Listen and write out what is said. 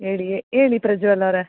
ಹೇಳಿ ಹೇಳಿ ಪ್ರಜ್ವಲ್ ಅವರೆ